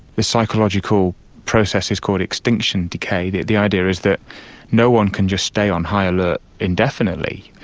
the psychological process is called extinction decay. the the idea is that no one can just stay on high alert indefinitely,